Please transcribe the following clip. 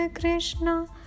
Krishna